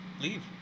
Leave